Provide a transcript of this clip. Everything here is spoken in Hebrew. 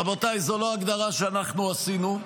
רבותיי, זו לא הגדרה שאנחנו עשינו,